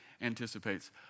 anticipates